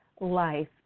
life